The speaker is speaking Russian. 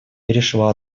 перешла